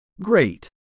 Great